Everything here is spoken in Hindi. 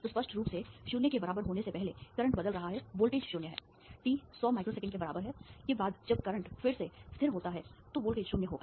तो स्पष्ट रूप से 0 के बराबर होने से पहले करंट बदल रहा है वोल्टेज 0 है t 100 माइक्रोसेकंड के बाद जब करंट फिर से स्थिर होता है तो वोल्टेज 0 होगा